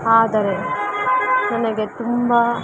ಆದರೆ ನನಗೆ ತುಂಬ